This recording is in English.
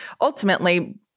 ultimately